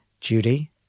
Judy